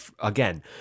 again